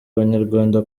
abanyarwanda